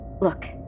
Look